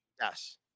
Yes